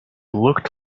looked